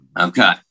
Okay